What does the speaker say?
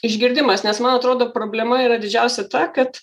išgirdimas nes man atrodo problema yra didžiausia ta kad